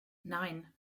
nein